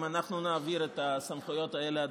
אם אנחנו נעביר את הסמכויות האלה,